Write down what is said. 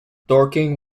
dorking